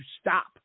stop